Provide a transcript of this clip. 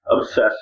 obsession